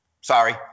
Sorry